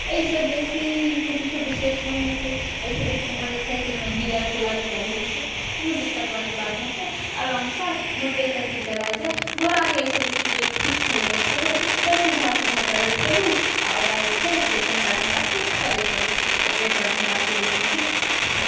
अहिसँ बेसी तऽ किछु विशेष होइ नहि छै एहिसँ बेसी तऽ मोटरसाइकिलमे गिअर क्लचसब होइ छै कोनो दिक्कतवाली बात नहि छै आरामसँ मोटरेसाइकिल चलाएल जाइ घोड़ाके एहिसँ बेसी बेनिफिट छेबे नहि करै बस सीधा सीधा चलल चलू आओर ओकरा जे छै से कनिटा कनिटा पुश करैत चलू एतबेटा घोड़ाके बेनिफिट छै